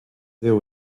there